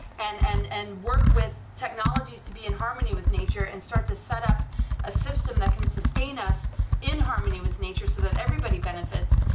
and and and work with technologies to be in harmony with nature and start to set up a system that can sustain us in harmony with nature, so that everybody benefits,